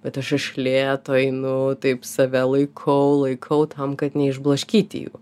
bet aš iš lėto einu taip save laikau laikau tam kad neišblaškyti jų